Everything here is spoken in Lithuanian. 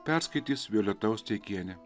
perskaitys violeta osteikienė